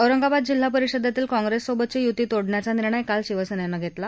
औरंगाबाद जिल्हा परीषदेतील काँप्रेस सोबतची यूती तोडण्याचा निर्णय काल शिवसेनेनं घेतला